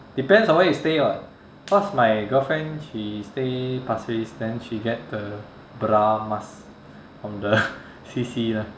depends on where you stay [what] cause my girlfriend she stay pasir ris then she get the bra mask from the C_C lah